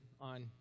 on